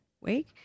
Wake